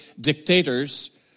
dictators